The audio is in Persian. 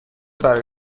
برای